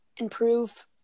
improve